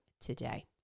today